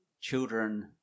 children